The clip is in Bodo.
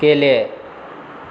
गेले